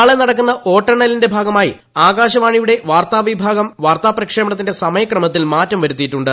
നാളെ നടക്കുന്ന വോട്ടെണ്ണലിന്റെ ഭാഗമായി ആകാശവാണിയുടെ വാർത്താവിഭാഗം വാർത്താ പ്രക്ഷേപണത്തിന്റെ സമയക്രമത്തിൽ മാറ്റം വരുത്തിയിട്ടുണ്ട്